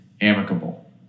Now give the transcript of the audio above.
amicable